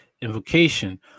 invocation